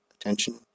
Attention